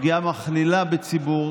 פגיעה מכלילה בציבור,